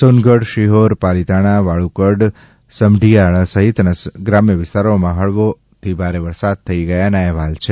સોનગઢ શિહોર પલીતાણા વાળુકડ સમઢિયાળા સહિતના ગ્રામ્ય વિસ્તારોમાં હળવો ભારે વરસાદ થઈ ગયાના અહેવાલ છે